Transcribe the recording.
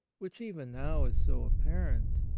which even now is so apparent,